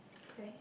okay